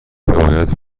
باید